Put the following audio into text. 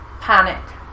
panic